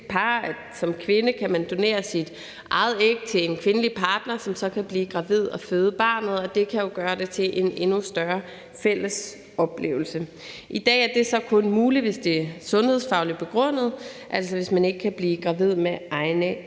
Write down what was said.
kvinde kan donere sit eget æg til en kvindelig partner, som så kan blive gravid og føde barnet, og det kan jo gøre det til en endnu større fælles oplevelse. I dag er det så kun muligt, hvis det er sundhedsfagligt begrundet, altså hvis man ikke kan blive gravid med egne æg.